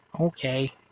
Okay